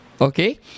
Okay